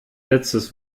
letztes